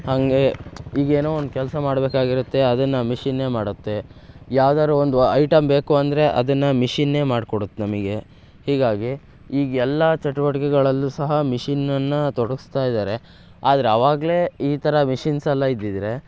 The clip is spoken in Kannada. ಹಾಗೇ ಈಗೇನೋ ಒಂದು ಕೆಲಸ ಮಾಡಬೇಕಾಗಿರುತ್ತೆ ಅದನ್ನು ಮಿಷಿನ್ನೇ ಮಾಡುತ್ತೆ ಯಾವ್ದಾದ್ರೂ ಒಂದು ಐಟಮ್ ಬೇಕು ಅಂದರೆ ಅದನ್ನು ಮಿಷಿನ್ನೇ ಮಾಡ್ಕೊಡತ್ತೆ ನಮಗೆ ಹೀಗಾಗಿ ಈಗ ಎಲ್ಲ ಚಟುವಟಿಕೆಗಳಲ್ಲೂ ಸಹ ಮಿಷಿನ್ನನ್ನು ತೊಡಗಿಸ್ತಾ ಇದ್ದಾರೆ ಆದ್ರೆ ಅವಾಗಲೇ ಈ ಥರ ಮಿಷಿನ್ಸಲ್ಲ ಇದ್ದಿದ್ದರೆ